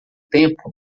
tempo